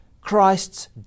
Christ's